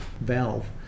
valve